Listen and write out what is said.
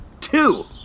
two